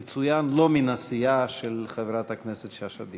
יצוין, לא מהסיעה של חברת הכנסת שאשא ביטון.